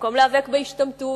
במקום להיאבק בהשתמטות,